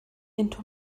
into